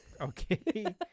Okay